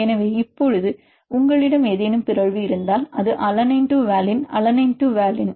எனவே இப்போது உங்களிடம் ஏதேனும் பிறழ்வு இருந்தால் அது alanine to valine alanine to valine